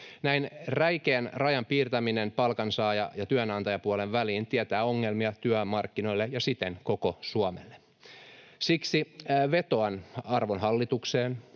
Näin räikeän rajan piirtäminen palkansaaja- ja työnantajapuolen väliin tietää ongelmia työmarkkinoille ja siten koko Suomelle. Siksi vetoan arvon hallitukseen